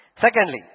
Secondly